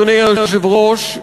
אדוני היושב-ראש,